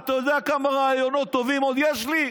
אתה יודע כמה רעיונות טובים עוד יש לי?